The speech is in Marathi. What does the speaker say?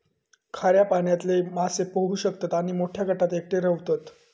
खाऱ्या पाण्यातले मासे पोहू शकतत आणि मोठ्या गटात एकटे रव्हतत